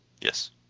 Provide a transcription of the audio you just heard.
Yes